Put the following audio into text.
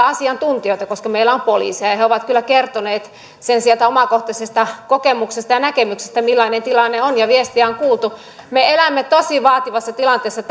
asiantuntijoita koska meillä on poliiseja ja he ovat kyllä kertoneet sieltä omakohtaisesta kokemuksesta ja näkemyksestä sen millainen tilanne on ja viestejä on kuultu me elämme tosi vaativassa tilanteessa